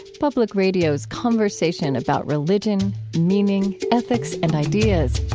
public radio's conversation about religion, meaning, ethics and ideas